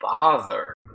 bother